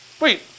Wait